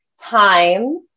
Time